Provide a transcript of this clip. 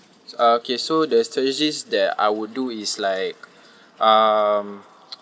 ah okay so the strategies that I would do is like um